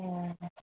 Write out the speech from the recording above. हूँ